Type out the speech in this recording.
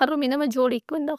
اخہ خوانوکو بندغ ارے۔